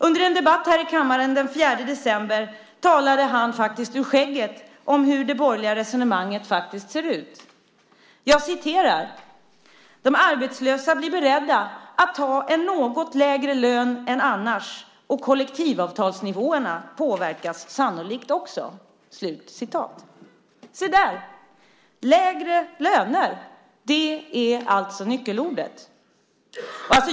Under en debatt här i kammaren den 4 december talade han faktiskt ur skägget om hur det borgerliga resonemanget ser ut. Jag citerar: "Arbetslösa är beredda att ta en något lägre lön än annars, och kollektivavtalsnivåerna påverkas sannolikt också." Se där! Lägre löner är alltså nyckelordet.